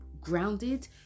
grounded